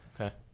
Okay